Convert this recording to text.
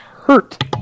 hurt